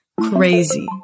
crazy